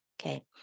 Okay